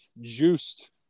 juiced